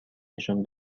نشان